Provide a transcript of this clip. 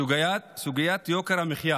סוגיית יוקר המחיה